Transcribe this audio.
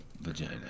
vagina